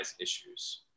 issues